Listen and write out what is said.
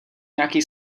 nějakej